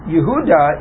Yehuda